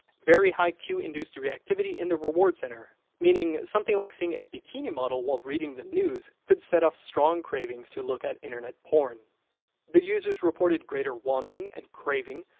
very high cue-induced reactivity in the reward center meaning something like seeing a bikini model while reading the news could set off strong cravings to look at internet porn the users reported greater wanting and craving,